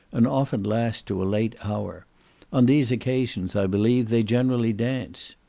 and often last to a late hour on these occasions, i believe, they generally dance.